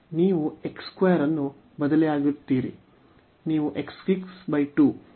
ನೀವು x 2 ಅನ್ನು ಬದಲಿಯಾಗಿರುತ್ತೀರಿ